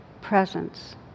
presence